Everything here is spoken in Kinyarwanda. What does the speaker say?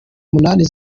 munani